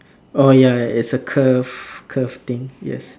oh ya it's a curve curve thing yes